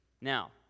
Now